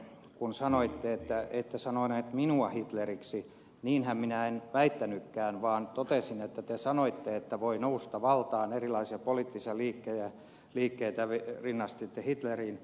kun sanoitte että ette sanonut minua hitleriksi niinhän minä en väittänytkään vaan totesin että te sanoitte että voi nousta valtaan erilaisia poliittisia liikkeitä jotka rinnastitte hitleriin